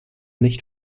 nicht